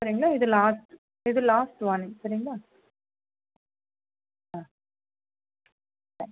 சரிங்களா இது லாஸ்ட் இது லாஸ்ட் வார்னிங் சரிங்களா ஆ சரி